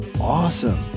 awesome